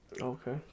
Okay